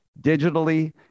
digitally